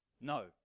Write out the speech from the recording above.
No